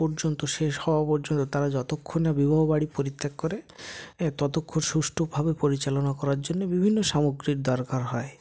পর্যন্ত শেষ হওয়া পর্যন্ত তারা যতক্ষণ না বিবাহ বাড়ি পরিত্যাগ করে ততক্ষণ সুষ্ঠুভাবে পরিচালনা করার জন্যে বিভিন্ন সামগ্রীর দরকার হয়